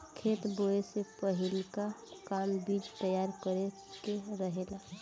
खेत बोए से पहिलका काम बीज तैयार करे के रहेला